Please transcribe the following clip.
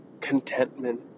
contentment